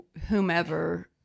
whomever